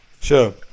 Sure